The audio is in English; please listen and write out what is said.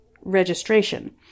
registration